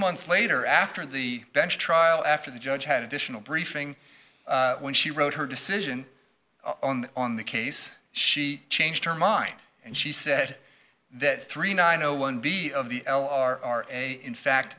months later after the bench trial after the judge had additional briefing when she wrote her decision on the case she changed her mind and she said that three nine zero one b of the l r a in fact